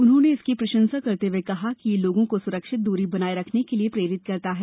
उन्होंने इसकी प्रशंसा करते ह्ए कहा कि यह लोगों को सुरक्षित दूरी बनाए रखने के लिए प्रेरित करता है